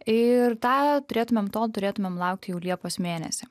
ir tą turėtumėm to turėtumėm laukt jau liepos mėnesį